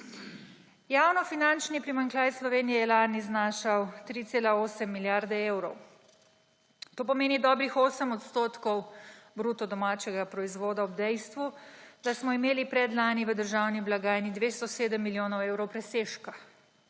Javnofinančni primanjkljaj Slovenije je lani znašal 3,8 milijarde evrov. To pomeni dobrih 8 odstotkov BDP ob dejstvu, da smo imeli predlani v državni blagajni 207 milijonov evrov presežka.